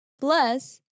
Plus